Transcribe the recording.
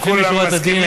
לפנים משורת הדין,